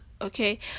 okay